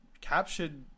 captured